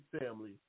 family